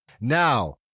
Now